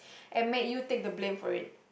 and make you take the blame for it